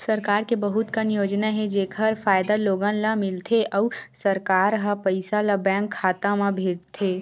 सरकार के बहुत कन योजना हे जेखर फायदा लोगन ल मिलथे अउ सरकार ह पइसा ल बेंक खाता म भेजथे